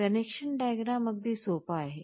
connection diagram अगदी सोपा आहे